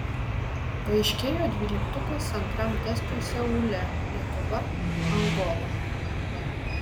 paaiškėjo dvyliktukas antram testui seule lietuva angola